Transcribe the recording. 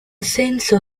senso